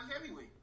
heavyweight